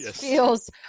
feels